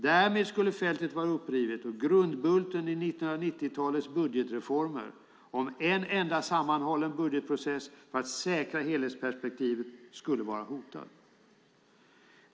Därmed skulle fältet vara upprivet, och grundbulten i 1990-talets budgetreformer, om en enda sammanhållen budgetprocess för att säkra helhetsperspektivet, vara hotad.